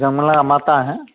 जंगला माता हैं